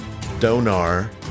Donar